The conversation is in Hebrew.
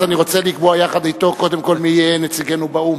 אני רוצה לקבוע יחד אתו קודם כול מי יהיה נציגנו באו"ם.